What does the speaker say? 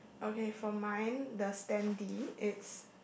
okay for mine the standee it's